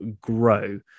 grow